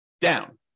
down